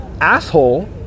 asshole